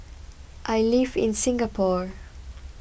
I live in Singapore